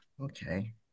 okay